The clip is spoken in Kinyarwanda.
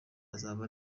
azaba